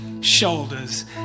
shoulders